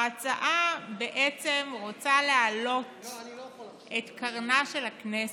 ההצעה בעצם רוצה להעלות את קרנה של הכנסת.